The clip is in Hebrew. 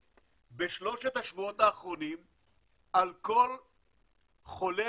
בשלושת השבועות האחרונים על כל חולה